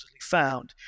found